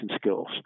skills